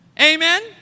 Amen